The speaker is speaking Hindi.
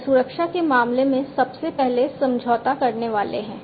वे सुरक्षा के मामले में सबसे पहले समझौता करने वाले हैं